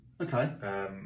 Okay